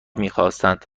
میخواستند